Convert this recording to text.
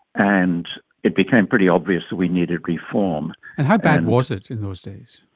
and it became pretty obvious that we needed reform. and how bad was it in those days,